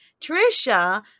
Trisha